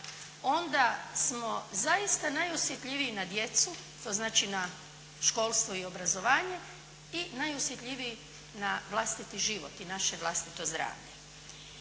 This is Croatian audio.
onda smo zaista najosjetljiviji na djecu, to znači na školstvo i obrazovanje i najosjetljiviji na vlastiti život i naše vlastito zdravlje.